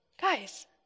guys